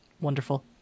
Wonderful